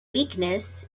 weakness